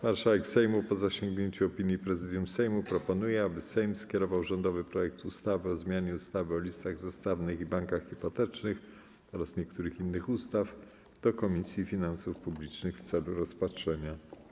Marszałek Sejmu, po zasięgnięciu opinii Prezydium Sejmu, proponuje, aby Sejm skierował rządowy projekt ustawy o zmianie ustawy o listach zastawnych i bankach hipotecznych oraz niektórych innych ustaw do Komisji Finansów Publicznych w celu rozpatrzenia.